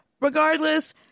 regardless